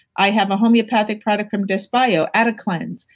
i have a homeopathic product from desbio, atacleanse,